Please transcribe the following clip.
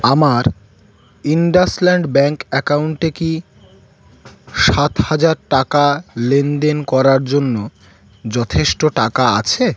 আমার IndusInd bank অ্যাকাউন্টে কি সাত হাজার টাকা লেনদেন করার জন্য যথেষ্ট টাকা আছে